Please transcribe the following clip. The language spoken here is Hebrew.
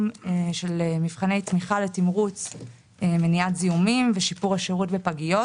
של מבחני תמיכה לתמרוץ מניעת זיהומים ושיפור השירות בפגיות.